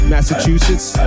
Massachusetts